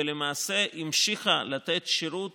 ולמעשה היא המשיכה לתת שירות